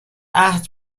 عهد